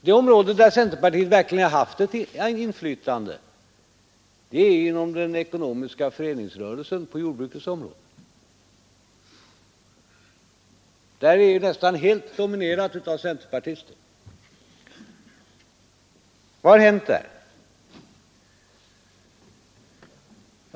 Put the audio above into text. Det område där centerpartiet verkligen haft ett inflytande är inom den ekonomiska föreningsrörelsen på jordbrukets område — den är nästan helt dominerad av centerpartister. Vad har hänt där?